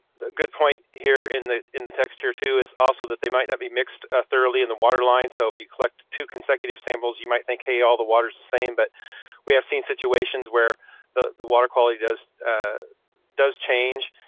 good point here, in the in the text here too, is also that they might not be mixed ah thoroughly in the water line, so if you collect two consecutive samples, you might think, hey, all the water is the same. but we have seen situations where the the water quality does ah does change,